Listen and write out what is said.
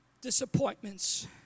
Disappointments